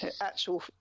Actual